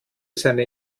seine